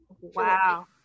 Wow